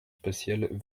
spatiales